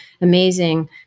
amazing